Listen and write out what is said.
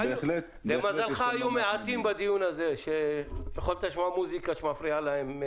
למזלך היו מעטים בדיון הזה שיכולת לשמוע מוזיקה שמפריעה להם.